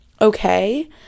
Okay